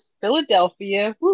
Philadelphia